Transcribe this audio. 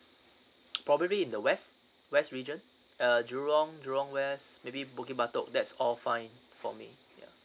probably in the west west region uh jurong jurong west maybe bukit batok that's all fine for me ya